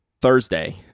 Thursday